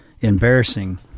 embarrassing